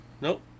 Nope